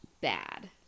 bad